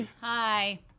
Hi